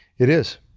it is.